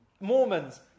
Mormons